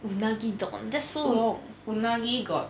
unagi don that's so